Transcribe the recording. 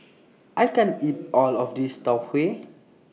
I can't eat All of This Tau Huay